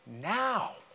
now